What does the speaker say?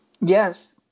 Yes